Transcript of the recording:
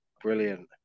Brilliant